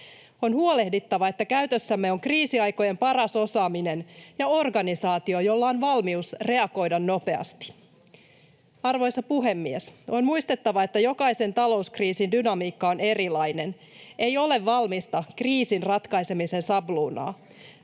On huolehdittava, että käytössämme on kriisiaikojen paras osaaminen ja organisaatio, jolla on valmius reagoida nopeasti. Arvoisa puhemies! On muistettava, että jokaisen talouskriisin dynamiikka on erilainen. Ei ole valmista kriisin ratkaisemisen sabluunaa.